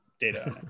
Data